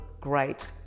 great